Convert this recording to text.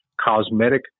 cosmetic